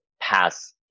pass